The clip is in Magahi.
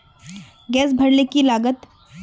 गैस भरले की लागत?